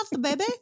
baby